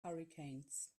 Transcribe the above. hurricanes